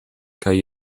kaj